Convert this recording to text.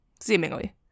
Seemingly